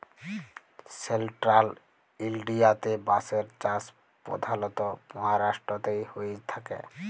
central ইলডিয়াতে বাঁশের চাষ পধালত মাহারাষ্ট্রতেই হঁয়ে থ্যাকে